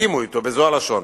הסכמנו אתו, בזו הלשון: